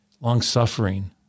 long-suffering